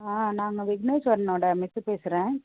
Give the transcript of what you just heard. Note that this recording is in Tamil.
ஆ நான் இங்கே விக்னேஸ்வரனோட மிஸ்ஸு பேசுகிறேன்